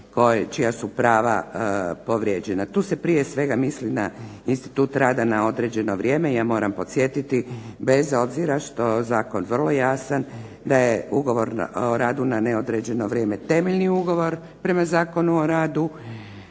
čija su prava povrijeđena. Tu se prije svega odnosi na institut rada na određeno vrijeme, ja moram podsjetiti bez obzira što je Zakon vrlo jasan da je ugovor o radu na neodređeno vrijeme temeljni ugovor prema Zakonu o radu,